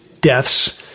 deaths